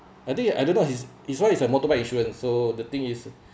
I think I don't know his his [one] is a motorbike insurance so the thing is